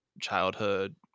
childhood